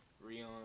Rion